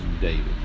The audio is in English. David